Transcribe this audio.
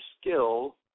skill